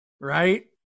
right